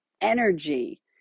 energy